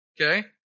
okay